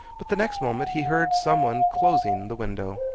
but the next moment he heard some one closing the window,